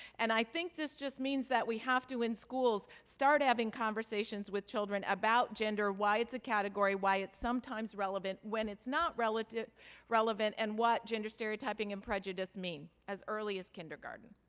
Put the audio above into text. and i think this just means that we have to, in schools, start having conversations with children about gender, why it's a category, why it's sometimes relevant, when it's not relevant, and what gender stereotyping and prejudice mean as early as kindergarten.